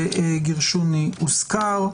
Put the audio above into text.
גרשוני הוזכר.